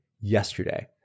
yesterday